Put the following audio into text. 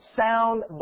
sound